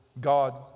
God